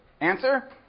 Answer